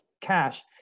cash